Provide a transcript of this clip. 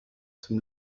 zum